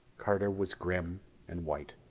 carter was grim and white.